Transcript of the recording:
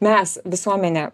mes visuomenė